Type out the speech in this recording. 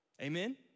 Amen